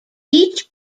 each